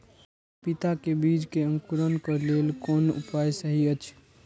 पपीता के बीज के अंकुरन क लेल कोन उपाय सहि अछि?